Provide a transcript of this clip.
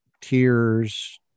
tears